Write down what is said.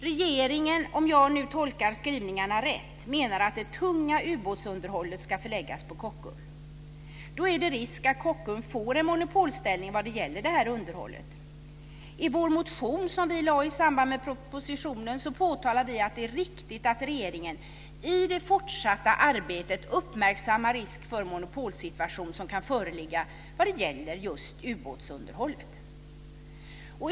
Regeringen, om jag nu tolkar skrivningarna rätt, menar att det tunga ubåtsunderållet ska förläggas på Kockum. Då är det risk att Kockum får en monopolställning vad gäller underhållet. I vår motion som vi lade fram i samband med propositionen påtalar vi att det är viktigt att regeringen i det fortsatta arbetet uppmärksammar risken för en monopolsituation som kan föreligga vad gäller just ubåtsunderhållet.